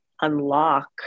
unlock